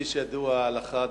כפי שידוע לך,